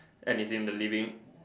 and it's in the living